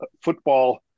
football